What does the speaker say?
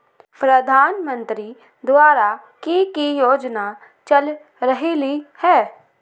प्रधानमंत्री द्वारा की की योजना चल रहलई ह?